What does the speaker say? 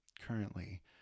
currently